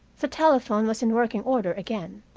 the telephone was in working order again,